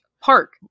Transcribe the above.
Park